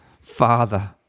Father